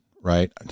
right